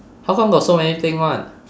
how come got so many thing [one]